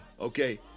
Okay